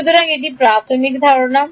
সুতরাং এটি প্রাথমিক ধারণা